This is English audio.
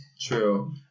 True